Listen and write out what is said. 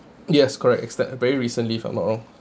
yes correct it's the very recently if I'm not wrong